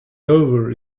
dover